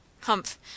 Humph